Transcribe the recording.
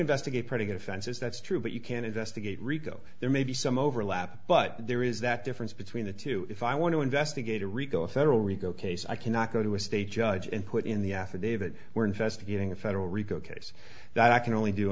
investigate pretty good offenses that's true but you can investigate rico there may be some overlap but there is that difference between the two if i want to investigate a rico a federal rico case i cannot go to a state judge and put in the affidavit we're investigating a federal rico case that i can only do